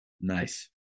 Nice